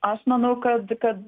aš manau kad kad